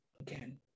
again